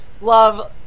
love